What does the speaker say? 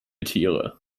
tiere